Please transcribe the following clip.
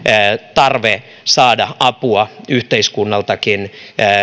tarve saada apua yhteiskunnaltakin